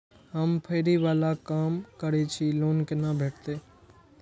हम फैरी बाला काम करै छी लोन कैना भेटते?